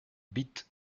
bit